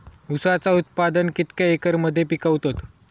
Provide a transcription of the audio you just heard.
ऊसाचा उत्पादन कितक्या एकर मध्ये पिकवतत?